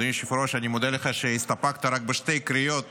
היושב-ראש, אני מודה לך שהסתפקת רק בשתי קריאות